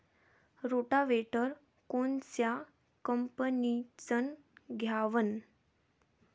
Rotavator कोनच्या कंपनीचं घ्यावं?